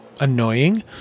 Annoying